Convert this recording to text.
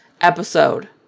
episode